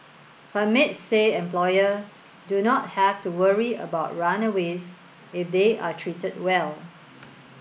but maids say employers do not have to worry about runaways if they are treated well